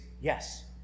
yes